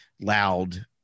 loud